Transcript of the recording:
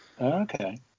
Okay